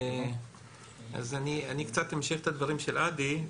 אני אמשיך את הדברים של עדי.